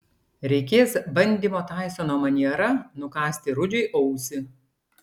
reikės bandymo taisono maniera nukąsti rudžiui ausį